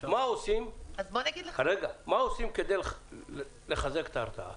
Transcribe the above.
מה עושים כדי לחזק את ההרתעה?